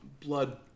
blood